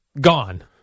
Gone